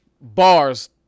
Bars